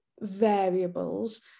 variables